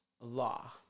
law